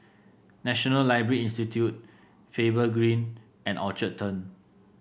National Library Institute Faber Green and Orchard Turn